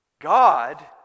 God